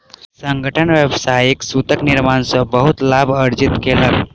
संगठन व्यावसायिक सूतक निर्माण सॅ बहुत लाभ अर्जित केलक